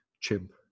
chimp